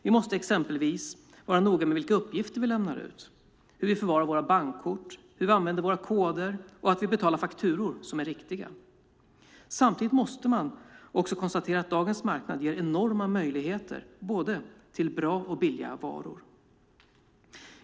Vi måste exempelvis vara noga med vilka uppgifter vi lämnar ut, hur vi förvarar våra bankkort, hur vi använder våra koder och att vi betalar fakturor som är riktiga. Samtidigt måste man också konstatera att dagens marknad ger enorma möjligheter till både bra och billiga varor.